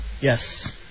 Yes